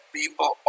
people